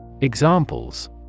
Examples